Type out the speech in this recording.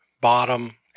bottom